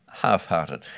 half-hearted